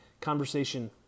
conversation